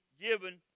given